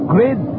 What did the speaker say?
Grid